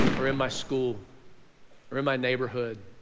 or in my school or in my neighborhood.